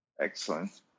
Excellent